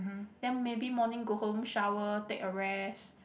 then maybe morning go home shower take a rest